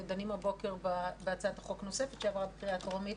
דנים הבוקר בהצעת חוק נוספת שעברה בקריאה טרומית